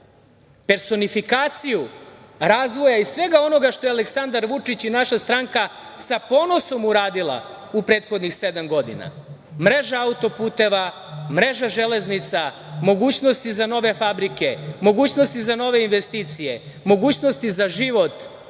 personifikaciju razvoja i svega onoga što su Aleksandar Vučić i naša stranka sa ponosom uradili u prethodnih sedam godina: mreža autoputeva, mreža železnica, mogućnosti za nove fabrike, mogućnosti za nove investicije, mogućnosti za život,